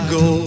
go